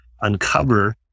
uncover